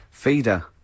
Feeder